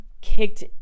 kicked